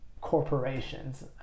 corporations